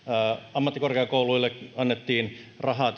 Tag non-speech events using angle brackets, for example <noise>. ammattikorkeakouluille annettiin rahaa <unintelligible>